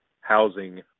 housing